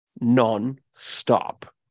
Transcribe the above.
non-stop